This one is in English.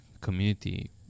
community